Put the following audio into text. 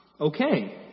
Okay